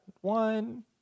one